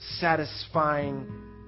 satisfying